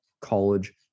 college